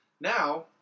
now